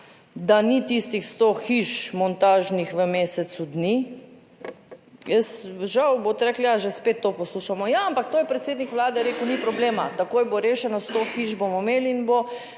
da ni tistih sto hiš montažnih v mesecu dni. Jaz žal, boste rekli, ja, že spet to poslušamo. Ja, ampak to je predsednik Vlade rekel, ni problema, takoj bo rešeno, sto hiš bomo imeli in bo,